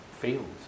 fields